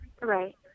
Right